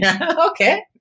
Okay